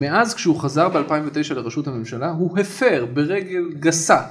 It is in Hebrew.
מאז, כשהוא חזר ב-2009 לראשות הממשלה, הוא הפר ברגל גסה.